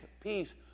peace